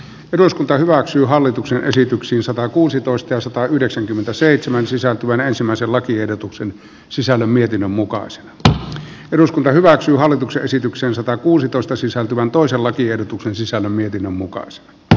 eduskunta hyväksyy hallituksen esityksiin satakuusitoista satayhdeksänkymmentäseitsemän sisältyvän ensimmäisen lakiehdotuksen sisällön mietinnön mukaan se tuo eduskunta hyväksyy hallituksen esityksen satakuusitoista sisältyvän toisella tiedotuksen sisällä mietinnön mukaan s r